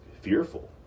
fearful